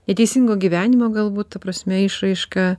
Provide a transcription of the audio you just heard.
neteisingo gyvenimo galbūt ta prasme išraiška